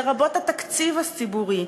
לרבות התקציב הציבורי,